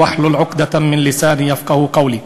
ושחרר את לשוני הכבדה למען יבינו את דברי".)